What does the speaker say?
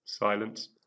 silence